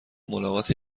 ملاقات